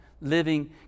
living